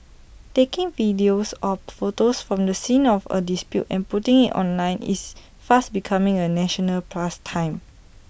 taking videos or photos from the scene of A dispute and putting IT online is fast becoming A national pastime